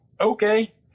Okay